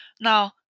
Now